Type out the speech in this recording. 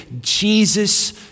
Jesus